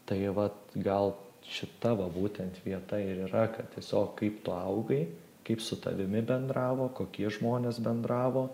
tai vat gal šita va būtent vieta ir yra kad tiesiog kaip tu augai kaip su tavimi bendravo kokie žmonės bendravo